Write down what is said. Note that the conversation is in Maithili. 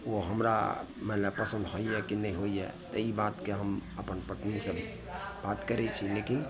ओ हमरा मानि लिअ पसन्द होइए कि नहि होइए तऽ ई बातके हम अपन पत्नीसँ बात करैत छी लेकिन